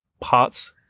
Parts